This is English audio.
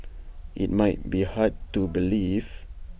IT might be hard to believe